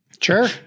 Sure